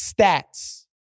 stats